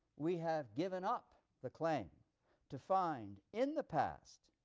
we have given up the claim to find, in the past,